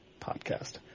Podcast